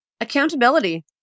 Accountability